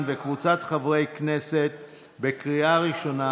2022, עברה בקריאה ראשונה